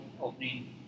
opening